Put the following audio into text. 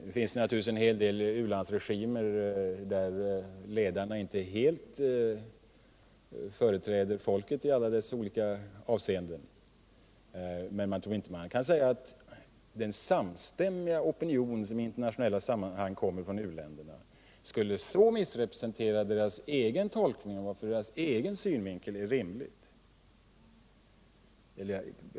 Det finns naturligtvis en hel del u-landsregimer där ledarna inte helt företräder folket i alla avseenden, men jag tror inte man kan säga att den samstämmiga opinion som i internationella sammanhang kommer till uttryck från u-länderna skulle så missrepresentera deras egen tolkning av vad som från deras egen synvinkel är rimligt.